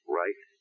right